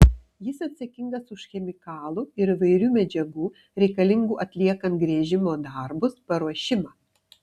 jis atsakingas už chemikalų ir įvairių medžiagų reikalingų atliekant gręžimo darbus paruošimą